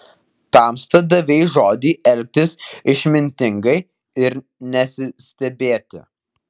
tamsta davei žodį elgtis išmintingai ir nesistebėti